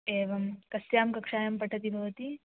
एवं कस्यां कक्षायां पठति भवती